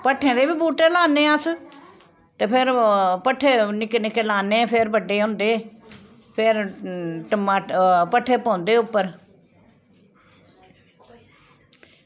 भट्ठें दे बी बूह्टे लान्ने अस ते फिर भट्ठे निक्के निक्के लाने फिर बड्डे होंदे फिर टमा भट्ठे पौंदे उप्पर